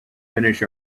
finish